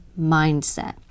mindset